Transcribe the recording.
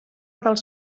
dels